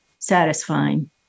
satisfying